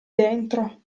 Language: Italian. dentro